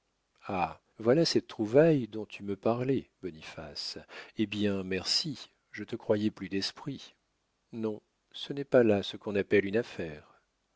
ah voilà cette trouvaille dont tu me parlais boniface eh bien merci je te croyais plus d'esprit non ce n'est pas là ce qu'on appelle une affaire